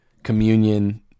communion